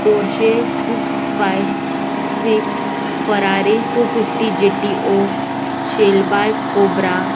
Porsche six five six Ferrari two fifty G T O Shelby cobra